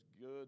good